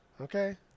Okay